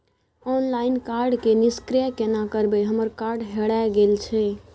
Online card के निष्क्रिय केना करबै हमर कार्ड हेराय गेल छल?